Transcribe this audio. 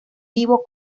vivo